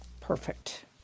Perfect